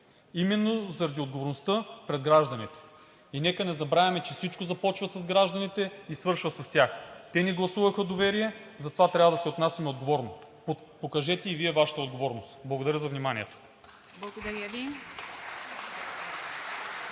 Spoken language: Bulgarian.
именно заради отговорността пред гражданите. И нека не забравяме, че всичко започва с гражданите и свършва с тях. Те ни гласуваха доверие, затова трябва да се отнасяме отговорно. Покажете и Вие Вашата отговорност! Благодаря за вниманието.